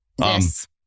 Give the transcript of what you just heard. Yes